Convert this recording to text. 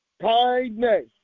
kindness